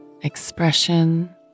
expression